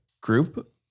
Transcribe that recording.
group